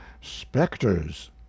specters